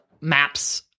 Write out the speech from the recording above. maps